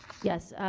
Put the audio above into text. yes.